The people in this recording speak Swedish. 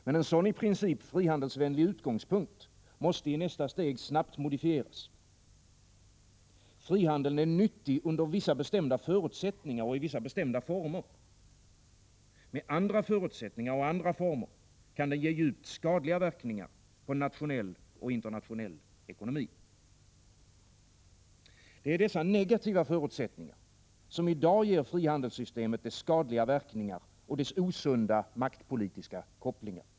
Men en sådan i princip frihandelsvänlig utgångspunkt måste i nästa steg snabbt modifieras. Frihandeln är nyttig under vissa bestämda förutsättningar och i vissa bestämda former. Med andra förutsättningar och andra former kan den ge djupt skadliga verkningar på nationell och internationell ekonomi. Det är dessa negativa förutsättningar som i dag ger frihandelssystemet dess skadliga verkningar och dess osunda maktpolitiska kopplingar.